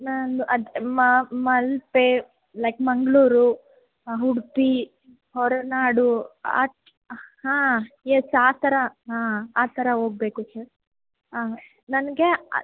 ನಂದು ಅದ್ ಮಲ್ಪೆ ಲೈಕ್ ಮಂಗಳೂರು ಹಾಂ ಉಡುಪಿ ಹೊರನಾಡು ಆಚೆ ಹಾಂ ಎಸ್ ಆ ಥರ ಹಾಂ ಆ ಥರ ಹೋಗಬೇಕು ಸರ್ ಹಾಂ ನನಗೆ